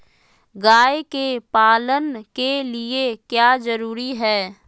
गाय के पालन के लिए क्या जरूरी है?